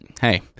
Hey